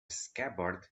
scabbard